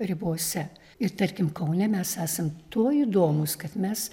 ribose ir tarkim kaune mes esam tuo įdomūs kad mes